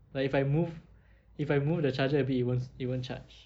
like if I move if I move the charger a bit it won't it won't charge